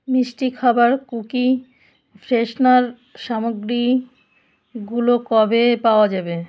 মিষ্টি খাবার cookie freshener সামগ্রীগুলো কবে পাওয়া যাবে